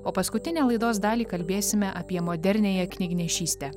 o paskutinę laidos dalį kalbėsime apie moderniąją knygnešystę